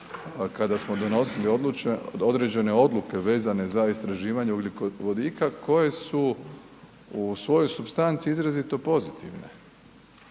kada smo donosili određene odluke vezane za istraživanje ugljikovodika koje su u svojoj supstanci izrazito pozitivne.